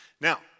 Now